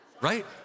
Right